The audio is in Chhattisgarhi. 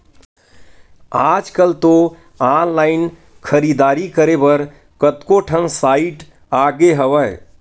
आजकल तो ऑनलाइन खरीदारी करे बर कतको ठन साइट आगे हवय